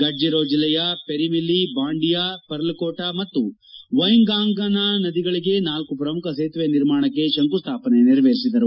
ಗಡ್ಡರೋ ಜಿಲ್ಲೆಯ ಹೆರಿಮಿಲ್ಲಿ ಬಾಂಡಿಯಾ ಪರ್ಲ್ಕೋಟಾ ಮತ್ತು ವೈಂಗಾಗಾನಾ ನದಿಗಳಗೆ ನಾಲ್ಲು ಪ್ರಮುಖ ಸೇತುವೆ ನಿರ್ಮಾಣಕ್ಕೆ ಶಂಕುಸ್ಲಾಪನೆ ನೆರವೇರಿಸಿದರು